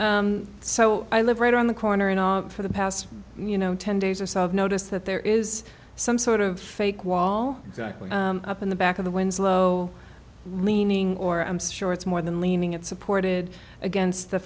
and so i live right around the corner and for the past you know ten days or so i've noticed that there is some sort of fake wall exactly up in the back of the winslow leaning or i'm sure it's more than leaning it supported against the